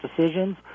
decisions